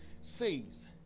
Says